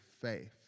faith